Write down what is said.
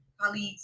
colleagues